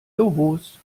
los